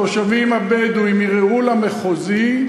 התושבים הבדואים ערערו למחוזי,